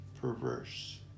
perverse